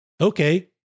okay